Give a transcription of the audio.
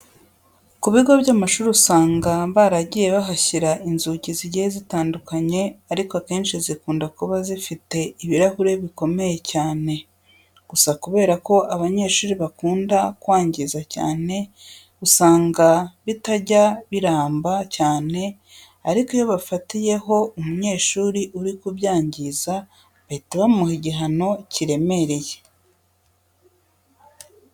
Ku bigo by'amashuri usanga baragiye bahashyira inzugi zigiye zitandukanye ariko akenshi zikunda kuba zifite ibirahuri bikomeye cyane. Gusa kubera ko abanyeshuri bakunda kwangiza cyane usanga bitajya biramba cyane ariko iyo bafatiyeho umunyeshuri ari kubyangiza bahita bamuha igihano kiremereye.